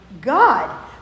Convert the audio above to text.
God